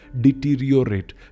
deteriorate